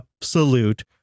absolute